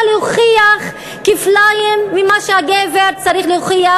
להוכיח כפליים ממה שהגבר צריך להוכיח,